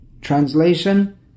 translation